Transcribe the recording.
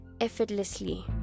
effortlessly